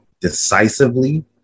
decisively